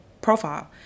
profile